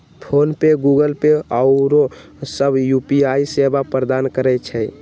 PhonePe, Google Pay आउरो सभ UPI सेवा प्रदान करै छै